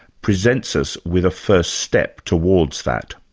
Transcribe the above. presents us with a first step towards that.